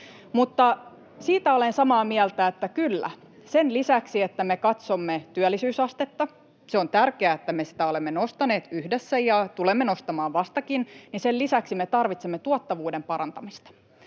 Mutta siitä olen samaa mieltä, että kyllä, sen lisäksi, että me katsomme työllisyysastetta — se on tärkeää, että me sitä olemme nostaneet yhdessä, ja tulemme nostamaan vastakin — me tarvitsemme tuottavuuden parantamista.